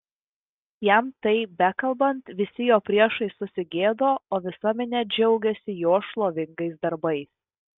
jam tai bekalbant visi jo priešai susigėdo o visa minia džiaugėsi jo šlovingais darbais